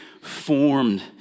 formed